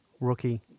rookie